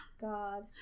God